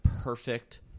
perfect